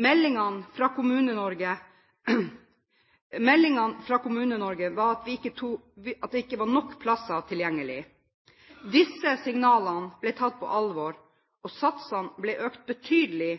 Meldingene fra Kommune-Norge var at det ikke var nok plasser tilgjengelig. Disse signalene ble tatt på alvor, og satsene ble økt betydelig